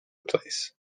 place